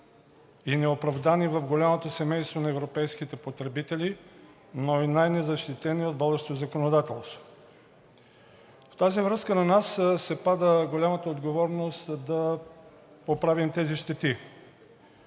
и неоправдани в голямото семейство на европейските потребители, но и най-незащитени от българското законодателство. В тази връзка на нас се пада голямата отговорност да поправим тези щети.